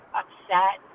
upset